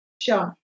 Sure